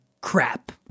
crap